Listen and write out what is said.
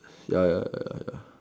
ya ya